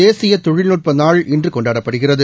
தேசிய தொழில்நுட்ப நாள் இன்று கொண்டாடப்படுகிறது